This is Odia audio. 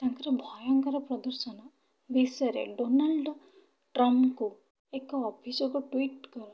ତାଙ୍କର ଭୟଙ୍କର ପ୍ରଦର୍ଶନ ବିଷୟରେ ଡୋନାଲ୍ଡ ଟ୍ରମ୍ପଙ୍କୁ ଏକ ଅଭିଯୋଗ ଟ୍ୱିଇଟ୍ କର